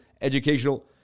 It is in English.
educational